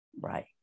Right